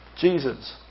Jesus